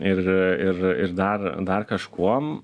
ir ir ir dar dar kažkuom